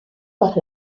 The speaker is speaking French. par